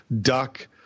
duck